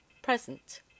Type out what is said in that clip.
present